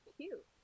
cute